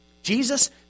Jesus